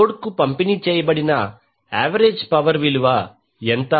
లోడ్కు పంపిణీ చేయబడిన యావరేజ్ పవర్ ఎంత